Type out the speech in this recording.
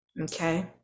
Okay